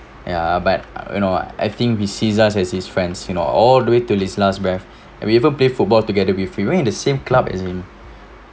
ya but you know I think we sees ah as his friends you know all the way to his last breath and we ever play football together with him we in the same club as